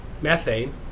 methane